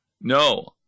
no